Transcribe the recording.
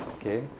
Okay